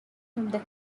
from